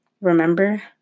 Remember